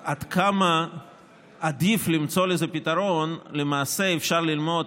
עד כמה עדיף למצוא לזה פתרון למעשה אפשר ללמוד,